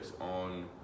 on